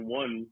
one